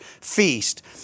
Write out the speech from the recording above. feast